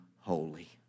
holy